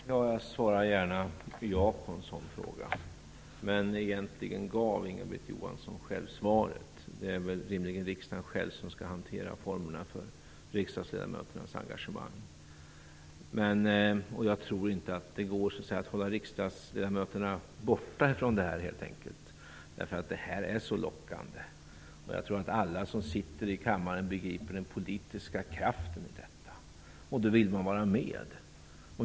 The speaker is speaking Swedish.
Fru talman! Jag svarar gärna ja på en sådan fråga, men egentligen gav Inga-Britt Johansson själv svaret. Det är rimligen riksdagen själv som skall hantera formerna för riksdagsledamöternas engagemang. Jag tror helt enkelt inte att det går att hålla riksdagsledamöterna borta från det här. Det är så lockande. Jag tror att alla som sitter i kammaren inser den politiska kraften i detta, och då vill man vara med.